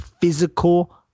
physical